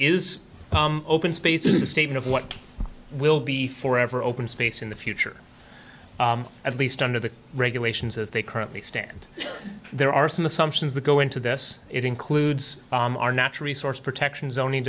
is open space is a statement of what will be for ever open space in the future at least under the regulations as they currently stand there are some assumptions that go into this it includes our natural resource protection zoning